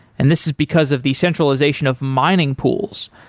and this is because of the centralization of mining pools.